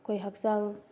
ꯑꯩꯈꯣꯏ ꯍꯛꯆꯥꯡ